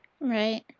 Right